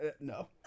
No